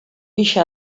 gisa